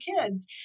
kids